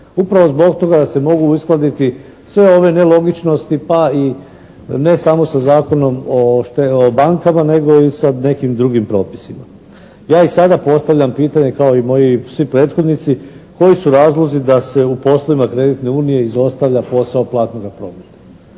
upravo zbog toga da se mogu uskladiti sve ove nelogičnosti pa i ne samo sa Zakonom o bankama nego i sa nekim drugim propisima. Ja i sada postavljam pitanje kao i moji svi prethodnici koji su razlozi da se u poslovima kreditne unije izostavlja posao platnoga prometa.